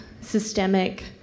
systemic